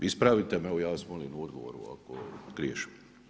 Ispravite me, evo ja vas molim u odgovoru ako griješim.